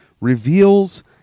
reveals